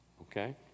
Okay